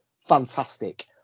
Fantastic